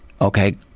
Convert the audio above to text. okay